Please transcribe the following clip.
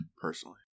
personally